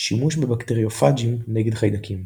שימוש בבקטריופאג'ים נגד חיידקים.